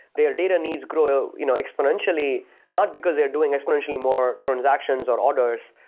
their data needs grow you know exponentially not because they're doing exponentially more transactions or orders.